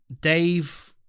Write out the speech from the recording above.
Dave